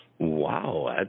Wow